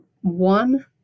one